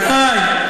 הרב בן-דהן?